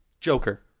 Joker